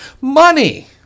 Money